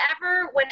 whenever